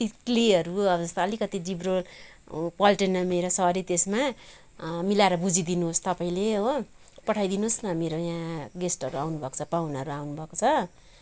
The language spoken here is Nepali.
इडलीहरू अब जस्तो अलिकति जिब्रो पल्टेन मेरो सरी त्यसमा मिलाएर बुझिदिनुहोस् तपाईँले हो पठाई दिनुहोस् न मेरो यहाँ गेस्टहरू आउनुभएको छ पाहुनाहरू आउनुभएको छ